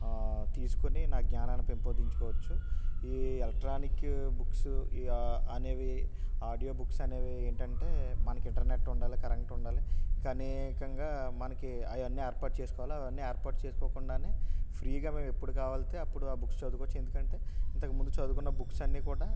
తీసుకుని నాకు జ్ఞానాన్ని పెంపొందించుకోవచ్చు ఈ ఎలక్ట్రానిక్ బుక్స్ ఇక అనేవి ఆడియో బుక్స్ అనేవి ఏంటంటే మనకి ఇంటర్నెట్ ఉండాలి కరెంట్ ఉండాలి అనేకంగా మనకు అవన్నీ ఏర్పాటు చేసుకోవాలి అవన్నీ ఏర్పాటు చేసుకోకుండానే ఫ్రీగా మేము ఎప్పుడు కావస్తే అప్పుడు ఆ బుక్స్ చదవుకోవచ్చు ఎందుకంటే ఇంతకు ముందు చదువుకున్న బుక్స్ అన్నీ కూడా